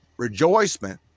rejoicement